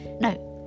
No